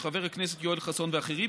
של חבר הכנסת יואל חסון ואחרים,